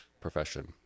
profession